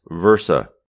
versa